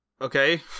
okay